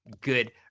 good